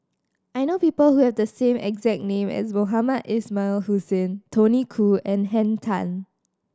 I know people who have the same exact name as Mohamed Ismail Hussain Tony Khoo and Henn Tan